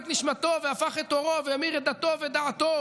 שמכר את נשמתו והפך את עורו והמיר את דתו ודעתו,